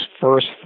first